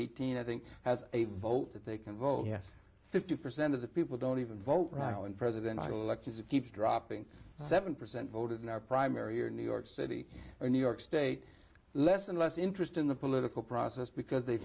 eighteen i think has a vote that they can vote yes fifty percent of the people don't even vote right now in presidential elections it keeps dropping seven percent voted in our primary or new york city or new york state less and less interest in the political process because they